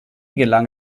gelang